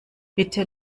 bitte